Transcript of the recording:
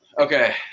Okay